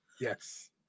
Yes